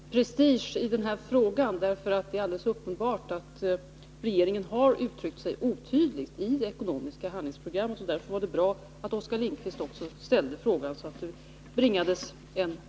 Herr talman! Jag skall inte lägga någon prestige i den här frågan, därför att det är helt uppenbart att regeringen har uttryckt sig otydligt i det ekonomiska handlingsprogrammet. Det var därför bra att Oskar Lindkvist ställde frågan så att det bringades klarhet i den.